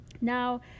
Now